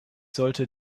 sollte